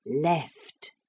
Left